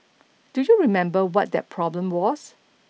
do you remember what that problem was